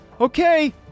okay